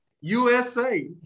USA